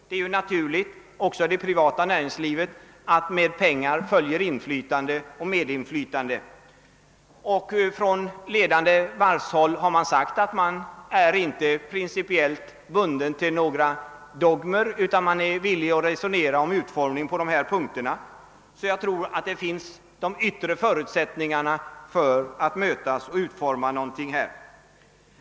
Det är naturligt också i det privata näringslivet att med pengar följer inflytande och medinflytande. Från ledande varvshåll har man sagt att man inte är principiellt bunden till några dogmer utan man är villig att resonera om utformningen på dessa punkter, Jag tror därför att de yttre förutsättningarna finns för att man skall kunna mötas och utforma den framtida politiken.